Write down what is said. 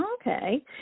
Okay